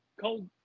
Cold